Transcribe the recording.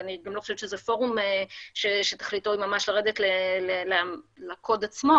ואני גם לא חושבת שזה פורום שצריך איתו ממש לרדת לקוד עצמו,